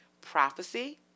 prophecy